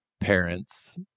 parents